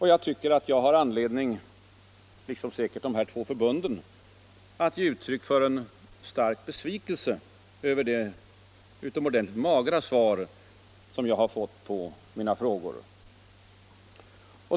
Jag tycker att jag har anledning — liksom de båda förbunden — att ge uttryck för en stark besvikelse över det utomordentligt magra svar jag har fått på mina frågor.